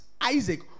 Isaac